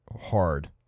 hard